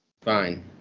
Fine